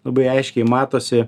labai aiškiai matosi